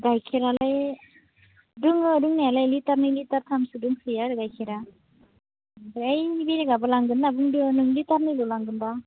गाइखेरालाय दङ दंनायालाय लिटारनै लिटारथामसो दंसोयो आरो गाइखेरा ओमफ्राय बेलेगाबो लांगोन होनना बुंदो नों लिटारनैल' लांगोनबा